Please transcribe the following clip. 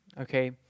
okay